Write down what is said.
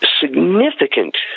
significant